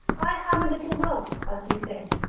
i have a little wealth, as he said,